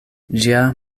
ĝia